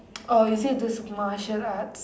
orh is it those Martial arts